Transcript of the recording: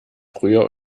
früher